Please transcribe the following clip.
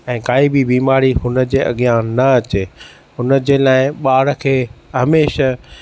ऐं काई बि बीमारी हुनजे अॻियां न अचे हुनजे लाइ ॿार खे हमेशह